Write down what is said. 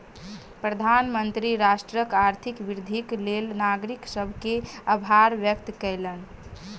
प्रधानमंत्री राष्ट्रक आर्थिक वृद्धिक लेल नागरिक सभ के आभार व्यक्त कयलैन